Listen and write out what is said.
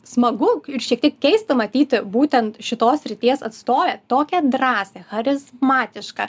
smagu ir šiek tiek keista matyti būtent šitos srities atstovę tokią drąsią chrizmatišką